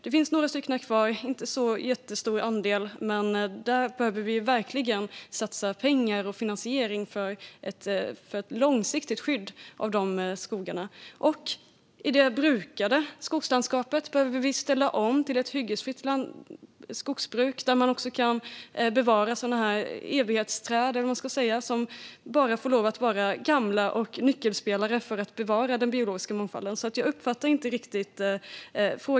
Det finns några stycken kvar - inte så jättestor andel - men där behöver vi verkligen satsa pengar på ett långsiktigt skydd. I det brukade skogslandskapet behöver vi ställa om till ett hyggesfritt skogsbruk där man också kan bevara sådana här evighetsträd, som bara får lov att vara gamla och vara nyckelspelare när det gäller att bevara den biologiska mångfalden. Jag uppfattade inte riktigt frågan.